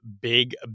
big